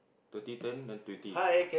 thirty turn then twenty